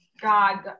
God